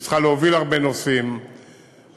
היא צריכה להוביל הרבה נושאים ולהיות